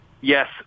Yes